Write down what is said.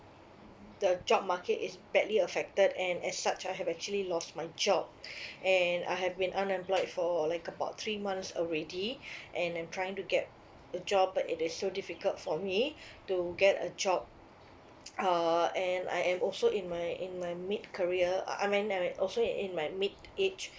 the job market is badly affected and as such I have actually lost my job and I have been unemployed for like about three months already and am trying to get a job but it is so difficult for me to get a job uh and I am also in my in my mid career uh I mean I'm also in in my mid age